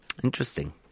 Interesting